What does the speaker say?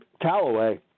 Callaway